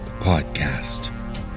Podcast